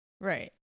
Right